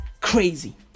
crazy